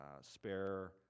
spare